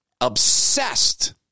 obsessed